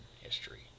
history